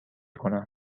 کنم